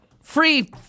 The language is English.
free